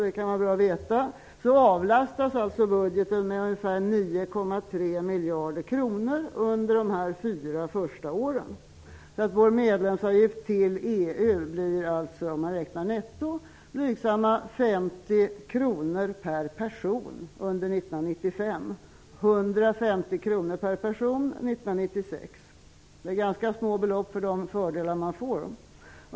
Det kan vara bra att veta att sammanlagt avlastas budgeten med ungefär 9,3 miljarder kronor under de fyra första åren. Vår medlemsavgift till EU blir alltså netto blygsamma 50 kr per person under 1995 och 150 kr per person under 1996. Det är ganska små belopp i förhållande till de fördelar som gives.